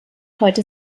heute